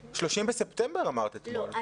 בספטמבר, אמרת אתמול.